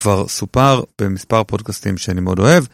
כבר סופר במספר פרודקסטים שאני מאוד אוהב.